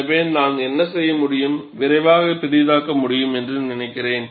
எனவே நான் என்ன செய்ய முடியும் விரைவாக பெரிதாக்க முடியும் என்று நான் நினைக்கிறேன்